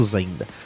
ainda